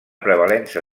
prevalença